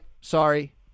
sorry